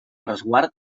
resguard